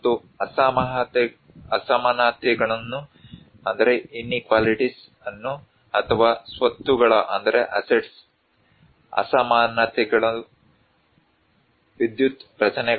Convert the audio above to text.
ಮತ್ತು ಅಸಮಾನತೆಗಳು ಅಥವಾ ಸ್ವತ್ತುಗಳ ಅಸಮಾನತೆಗಳು ವಿದ್ಯುತ್ ರಚನೆಗಳಂತಹ ರಾಜಕೀಯ ಆರ್ಥಿಕ ವಿಧಾನ